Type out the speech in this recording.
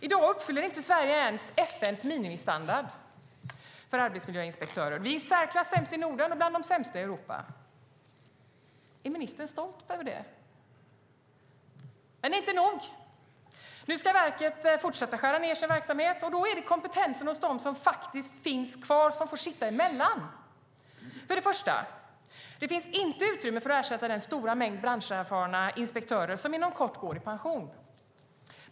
I dag uppfyller Sverige inte ens FN:s minimistandard för arbetsmiljöinspektörer. Vi är i särklass sämst i Norden och bland de sämsta i Europa. Är ministern stolt över det? Men det är inte nog med det. Nu ska verket fortsätta att skära ned sin verksamhet. Då är det kompetensen hos dem som faktiskt finns kvar som får sitta emellan. För det första: Det finns inte utrymme för att ersätta den stora mängd branscherfarna inspektörer som inom kort går i pension.